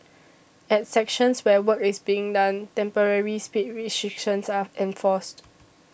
at sections where work is being done temporary speed restrictions are enforced